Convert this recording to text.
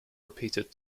repeated